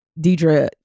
Deidre